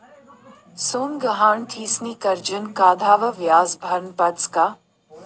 सोनं गहाण ठीसनी करजं काढावर व्याज भरनं पडस का?